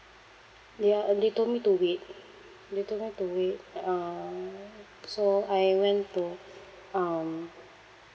they are uh they told me to wait they told me to wait at uh so I went to um